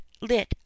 lit